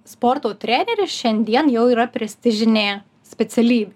sporto treneris šiandien jau yra prestižinė specialyb